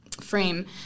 frame